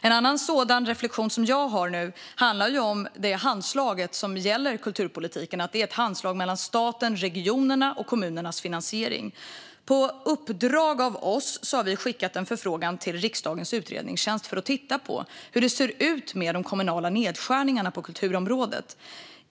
En annan sådan reflektion som jag har handlar om det handslag som gäller kulturpolitiken. Det är ett handslag mellan staten, regionerna och kommunerna om finansieringen. Vi har gett Riksdagens utredningstjänst i uppdrag att titta på hur de kommunala nedskärningarna på kulturområdet ser ut.